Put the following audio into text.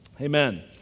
Amen